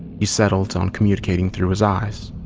he settled on communicating through his eyes.